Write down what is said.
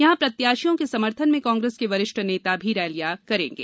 यहां प्रत्याशियों के समर्थन में भी कांग्रेस के वरिष्ठ नेता रैलियां करेंगे